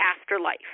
afterlife